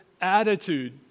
attitude